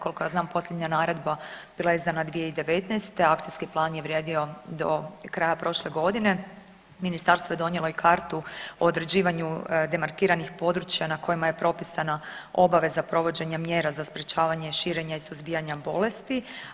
Koliko ja znam posljednja naredba bila je izdana 2019., akcijski plan je vrijedio do kraja prošle godine, ministarstvo je donijelo i kartu o određivanju demarkiranih područja na kojima je propisana obaveza provođenja mjera za sprečavanje širenja i suzbijanja bolesti.